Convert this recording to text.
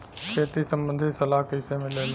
खेती संबंधित सलाह कैसे मिलेला?